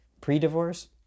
pre-divorce